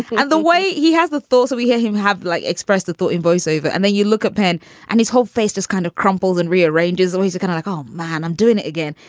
and the way he has the thoughts, we hear him have like express that thought in voice over. and then you look at penn and his whole face just kind of crumbles and rearranges always kind of like, oh, man, i'm doing it again.